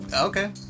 Okay